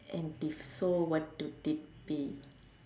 anti so what could it be